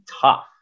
tough